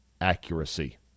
accuracy